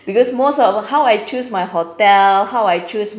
because most of how I choose my hotel how I choose